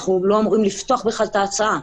אנחנו לא אמורים לפתוח בכלל את ההצעה.